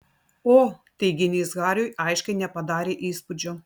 o teiginys hariui aiškiai nepadarė įspūdžio